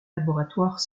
laboratoires